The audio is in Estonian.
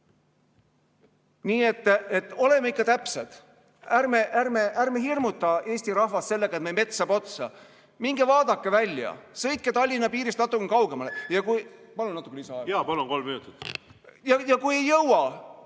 Nii et oleme ikka täpsed! Ärme hirmuta Eesti rahvast sellega, et me mets saab otsa. Minge vaadake välja, sõitke Tallinna piirist natuke kaugemale! Palun natuke lisaaega! Jaa, palun